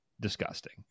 Disgusting